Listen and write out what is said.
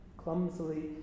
clumsily